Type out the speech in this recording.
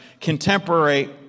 contemporary